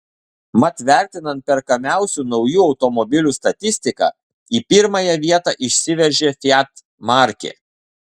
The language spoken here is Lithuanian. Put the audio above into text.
mat vertinant perkamiausių naujų automobilių statistiką į pirmąją vietą išsiveržė fiat markė